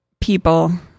people